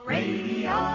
Radio